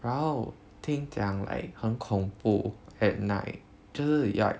然后听讲 like 很恐怖 at night 就是 like